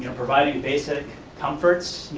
you know providing basic comforts,